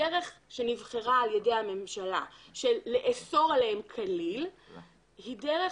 הדרך שנבחרה על ידי הממשלה של לאסור עליהם כליל היא דרך